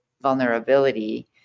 vulnerability